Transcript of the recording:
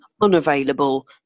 unavailable